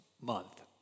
month